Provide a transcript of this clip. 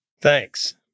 Thanks